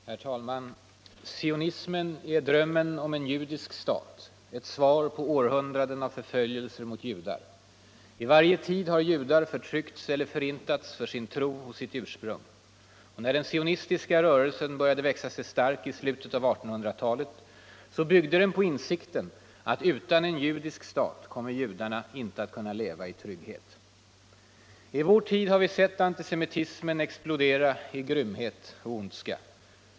Herr talman! Sionismen är drömmen om en judisk stat, ett svar på århundraden av förföljelser mot judar. I varje tid har judar förtryckts eller förintats för sin tro och sitt ursprung. När den sionistiska rörelsen började växa sig stark i slutet av 1800-talet byggde den på insikten, att utan en judisk stat kommer judarna inte att kunna leva i trygghet. I vår tid har vi sett antisemitismen explodera i grymhet och ondska.